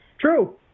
True